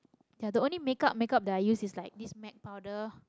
ya the only make up make up that I use is like this Mac powder